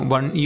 One